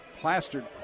plastered